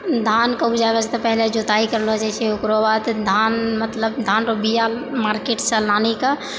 धानके ऊपजाबैसँ पहिले जोताइ करलऽ जाइ छै ओकरोबाद धान मतलब धान रऽ बिया मार्केटसँ लानी कऽ